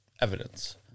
evidence